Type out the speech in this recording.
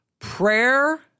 Prayer